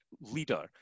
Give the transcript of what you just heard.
leader